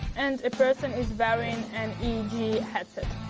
and the person is wearing an eeg headset.